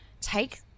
take